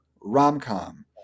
rom-com